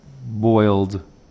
boiled